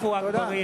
(קורא בשמות חברי